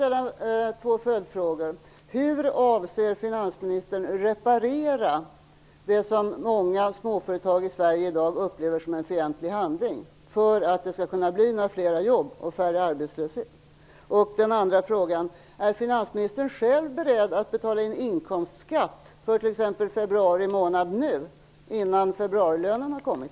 Låt mig ställa två följdfrågor. Hur avser finansministern att reparera följderna av det som många småföretag i Sverige i dag upplever som en fientlig handling, så att vi skall kunna få flera jobb och lägre arbetslöshet? Min andra fråga är: Är finansministern själv beredd att betala in inkomstskatt för t.ex. februari månad nu, innan februarilönen har kommit?